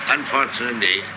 Unfortunately